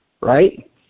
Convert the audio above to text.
right